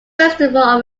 festival